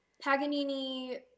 Paganini